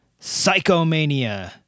Psychomania